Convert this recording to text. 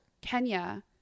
kenya